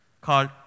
called